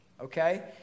Okay